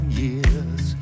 years